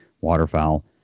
waterfowl